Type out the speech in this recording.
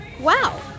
Wow